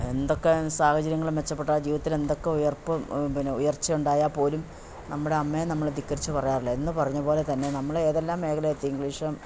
എന്തൊക്കെ സാഹചര്യങ്ങളും മെച്ചപ്പെട്ട ആ ജീവിത്തിൽ എന്തൊക്കെ ഉയർച്ച പിന്നെ ഉയർച്ചയുണ്ടായാൽപ്പോലും നമ്മുടെ അമ്മയെ ധിക്കരിച്ച് പറയാറില്ല എന്നു പറഞ്ഞപോലെ തന്നെ നമ്മൾ ഏതെല്ലാം മേഖല എത്തി ഇംഗ്ലീഷും